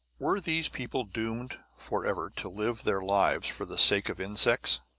were these people doomed forever to live their lives for the sake of insects?